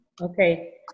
Okay